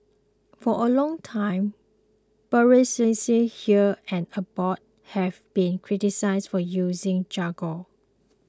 for a long time bureaucracies here and abroad have been criticised for using jargon